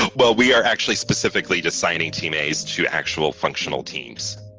well, we are actually specifically assigning teammates to actual functional teams.